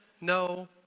no